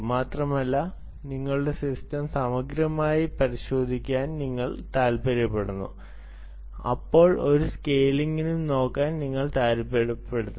മാത്രമല്ല നിങ്ങളുടെ സിസ്റ്റം സമഗ്രമായി പരിശോധിക്കാൻ നിങ്ങൾ താൽപ്പര്യപ്പെടുന്നു ഇപ്പോൾ ഒരു സ്കെയിലിംഗും നോക്കാൻ നിങ്ങൾ താൽപ്പര്യപ്പെടുന്നില്ല